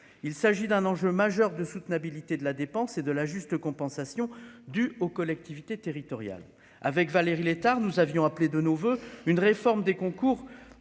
il s'agit d'un enjeu majeur de soutenabilité de la dépense et de la juste compensation due aux collectivités territoriales, avec Valérie Létard : nous avions appelé de nos voeux, une réforme des concours